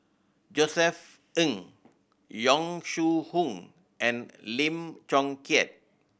Josef Ng Yong Shu Hoong and Lim Chong Keat